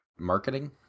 Marketing